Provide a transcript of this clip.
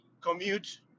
commute